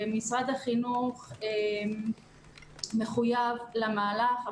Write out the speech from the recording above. משרד החינוך מחויב למהלך.